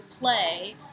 play